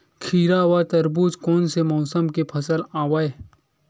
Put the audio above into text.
खीरा व तरबुज कोन से मौसम के फसल आवेय?